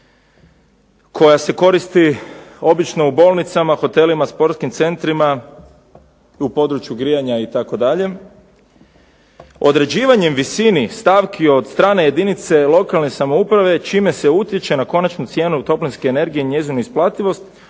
koja se koristi obično u bolnicama, hotelima, sportskim centrima i u području grijanja itd., određivanjem visini stavki od strane jedinice lokalne samouprave čime se utječe na konačnu cijenu toplinske energije i njezinu isplativost